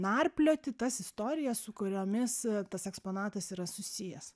narplioti tas istorijas su kuriomis tas eksponatas yra susijęs